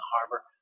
harbor